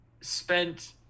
spent